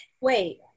wait